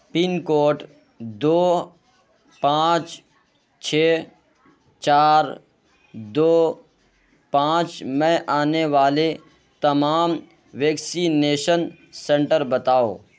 پن code دو پانچ چھ چار دو پانچ میں آنے والے تمام ویکسینیشن سنٹر بتاؤ